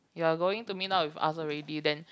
you are going to meet up with us already then